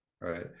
right